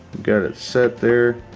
got it set there.